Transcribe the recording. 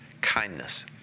kindness